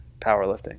powerlifting